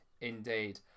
Indeed